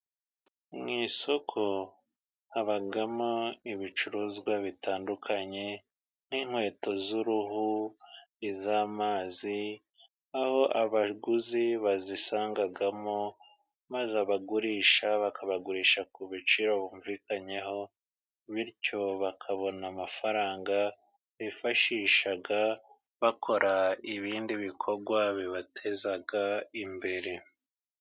Mu isoko habamo ibicuruzwa bitandukanye n'inkweto z'uruhu iz'amazi aho abaguzi bazisangamo maze abagurisha bakabagurisha ku biciro bumvikanyeho, bityo bakabona amafaranga bifashisha, bakora ibindi bikorwa bibateza imbere.